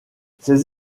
ces